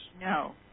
No